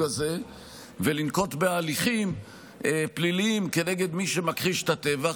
הזה ולנקוט הליכים פליליים נגד מי שמכחיש את הטבח.